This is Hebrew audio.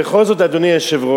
בכל זאת, אדוני היושב-ראש,